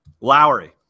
Lowry